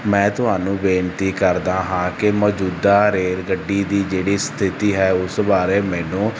ਮੈਂ ਤੁਹਾਨੂੰ ਬੇਨਤੀ ਕਰਦਾ ਹਾਂ ਕਿ ਮੌਜੂਦਾ ਰੇਲ ਗੱਡੀ ਦੀ ਜਿਹੜੀ ਸਥਿਤੀ ਹੈ ਉਸ ਬਾਰੇ ਮੈਨੂੰ